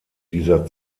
dieser